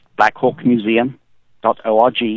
blackhawkmuseum.org